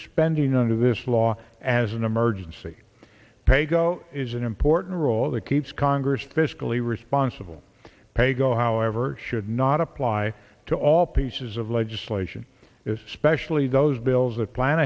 spending under this law as an emergency paygo is an important role that keeps congress fiscally responsible paygo however should not apply to all pieces of legislation is especially those bills that plan